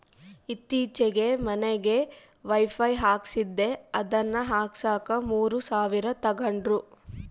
ಈತ್ತೀಚೆಗೆ ಮನಿಗೆ ವೈಫೈ ಹಾಕಿಸ್ದೆ ಅದನ್ನ ಹಾಕ್ಸಕ ಮೂರು ಸಾವಿರ ತಂಗಡ್ರು